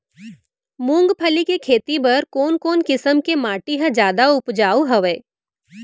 मूंगफली के खेती बर कोन कोन किसम के माटी ह जादा उपजाऊ हवये?